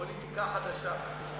פוליטיקה חדשה.